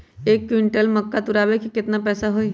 एक क्विंटल मक्का तुरावे के केतना पैसा होई?